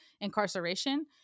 incarceration